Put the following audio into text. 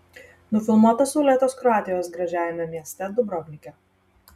nufilmuota saulėtos kroatijos gražiajame mieste dubrovnike